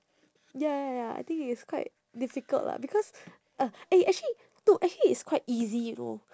ya ya ya ya I think it's quite difficult lah because uh eh actually no actually it's quite easy you know